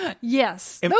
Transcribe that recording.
Yes